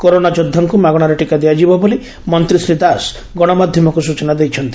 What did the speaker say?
corona ଯୋଦ୍ଧାଙ୍କ ମାଗଣାରେ ଟୀକା ଦିଆଯିବ ବୋଲି ମନ୍ତୀ ଶ୍ରୀ ଦାସ ଗଣମାଧ୍ଧମକୁ ସୂଚନା ଦେଇଛନ୍ତି